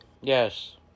Yes